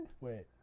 wait